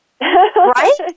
Right